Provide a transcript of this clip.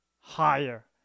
higher